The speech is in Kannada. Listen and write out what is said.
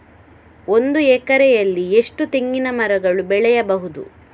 ಒಂದು ಎಕರೆಯಲ್ಲಿ ಎಷ್ಟು ತೆಂಗಿನಮರಗಳು ಬೆಳೆಯಬಹುದು?